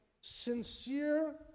sincere